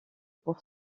pour